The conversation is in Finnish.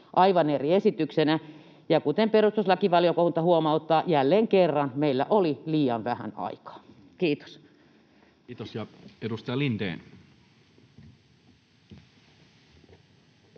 aivan eri esityksinä, ja kuten perustuslakivaliokunta huomauttaa — jälleen kerran — meillä oli liian vähän aikaa. — Kiitos. [Speech